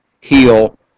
heal